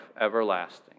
everlasting